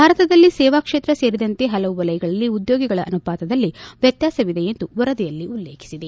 ಭಾರತದಲ್ಲಿ ಸೇವಾ ಕ್ಷೇತ್ರ ಸೇರಿದಂತೆ ಹಲವು ವಲಯಗಳಲ್ಲಿ ಉದ್ಯೋಗಿಗಳ ಅನುಪಾತದಲ್ಲಿ ವ್ಯತ್ಯಾಸವಿದೆ ಎಂದು ವರದಿಯಲ್ಲಿ ಉಲ್ಲೇಖಿಸಿದೆ